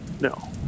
no